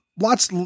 lots